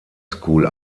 school